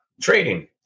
trading